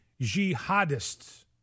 jihadists